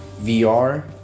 VR